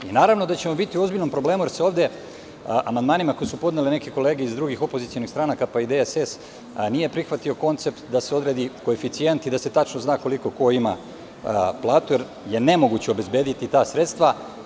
Naravno da ćemo biti u ozbiljnom problemu, jer se ovde amandmanima koje su podnele neke kolege iz drugih opozicionih stranaka, pa i DSS, nije prihvatio koncept da se odredi koeficijent i da se tačno zna koliko ko ima platu, jer je nemoguće obezbediti ta sredstva.